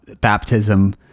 baptism